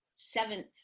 seventh